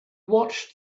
watched